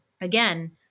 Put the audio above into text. Again